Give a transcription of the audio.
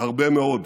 הרבה מאוד.